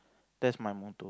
that's my motto